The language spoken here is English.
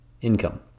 income